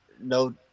no